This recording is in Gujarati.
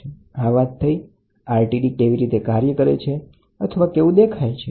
તો આ વાત થઈ RTD કેવી રીતે કાર્ય કરે છે અથવા કેવું દેખાય છે